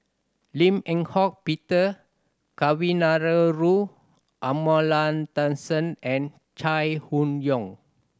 Lim Eng Hock Peter Kavignareru Amallathasan and Chai Hon Yoong